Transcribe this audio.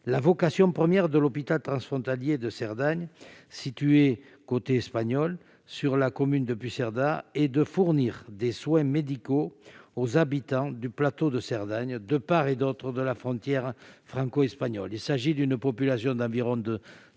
La vocation première de l'hôpital transfrontalier de Cerdagne, situé côté espagnol, dans la commune de Puigcerdà, est de fournir des soins médicaux aux habitants du plateau de Cerdagne, de part et d'autre de la frontière franco-espagnole. Il s'agit d'une population d'environ